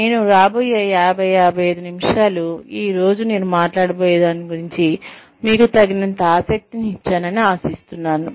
నేను రాబోయే 50 55 నిమిషాలు ఈ రోజు నేను మాట్లాడబోయే దాని గురించి మీకు తగినంత ఆసక్తిని ఇచ్చానని ఆశిస్తున్నాను